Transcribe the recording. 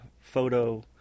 photo